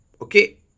Okay